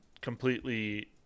completely